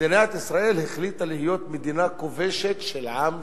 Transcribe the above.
שמדינת ישראל החליטה להיות מדינה כובשת של עם שלם.